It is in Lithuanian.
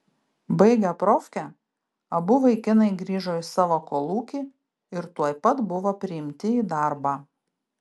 baigę profkę abu vaikinai grįžo į savo kolūkį ir tuoj pat buvo priimti į darbą